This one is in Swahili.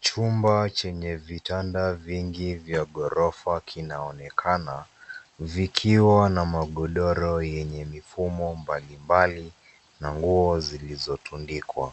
Chumba chenye vitanda vingi vya ghorofa kinaonekana vikiwa na magodoro yenye mifumo mbalimbali na nguo zilizotundikwa.